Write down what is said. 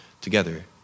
together